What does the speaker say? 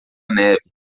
neve